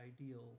ideal